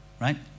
right